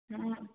ହୁଁ